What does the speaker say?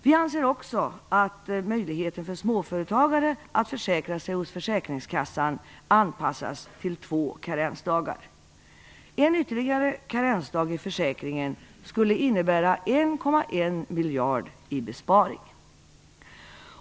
Vi anser också att möjligheten för småföretagare att försäkra sig hos försäkringskassan bör anpassas till två karensdagar. En ytterligare karensdag i försäkringen skulle innebära 1,1 miljard i besparing.